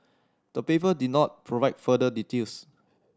the paper did not provide further details